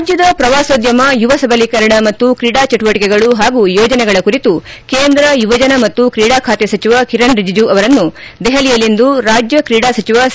ರಾಜ್ಯದ ಪ್ರವಾಸೋದ್ಯಮ ಯುವ ಸಬಲೀಕರಣ ಮತ್ತು ಕ್ರೀಡಾ ಚಟುವಟಿಕೆಗಳು ಹಾಗೂ ಯೋಜನೆಗಳ ಕುರಿತು ಕೇಂದ್ರ ಯುವಜನ ಮತ್ತು ಕ್ರೀಡಾ ಖಾತೆ ಸಚಿವ ಕಿರಣ್ ರಿಜಿಜು ಅವರನ್ನು ದೆಹಲಿಯಲ್ಲಿಂದು ರಾಜ್ಯ ಕ್ರೀಡಾ ಸಚಿವ ಸಿ